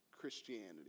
Christianity